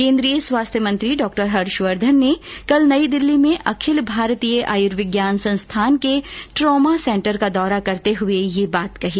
केन्द्रीय स्वास्थ्य मंत्री डॉ हर्षवर्धन ने कल नई दिल्ली में अखिल भारतीय आयुर्विज्ञान संस्थान के ट्रॉमा सेंटर का दौरा करते हुए यह बात कही